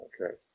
okay